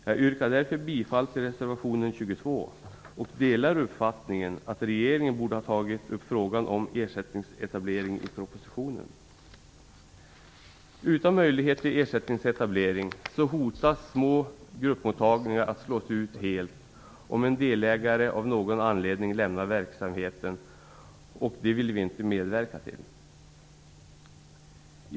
Jag yrkar därför bifall till reservation 22 och delar uppfattningen att regeringen borde tagit upp frågan om ersättningsetablering i propositionen. Utan möjlighet till ersättningsetablering hotas små gruppmottagningar att helt slås ut om en delägare av någon anledning lämnar verksamheten, och det vill vi inte medverka till.